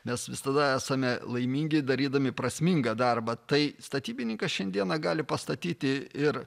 mes visada esame laimingi darydami prasmingą darbą tai statybininkas šiandieną gali pastatyti ir